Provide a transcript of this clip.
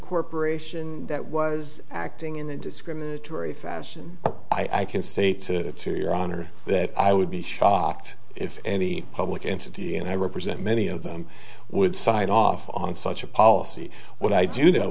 corporation that was acting in a discriminatory fashion i can say to your honor that i would be shocked if any public entity and i represent many of them would sign off on such a policy what i do